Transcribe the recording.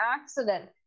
accident